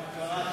את